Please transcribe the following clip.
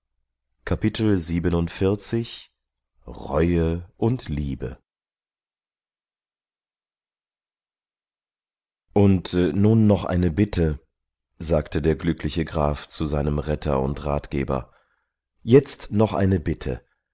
reue und liebe und nun noch eine bitte sagte der glückliche graf zu seinem retter und ratgeber jetzt noch eine bitte